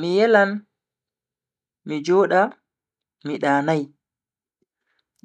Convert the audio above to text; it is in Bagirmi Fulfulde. Mi yelan mi joda mi danai